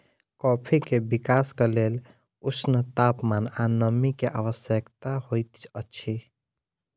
coffee के विकासक लेल ऊष्ण तापमान आ नमी के आवश्यकता होइत अछि